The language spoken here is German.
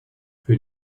für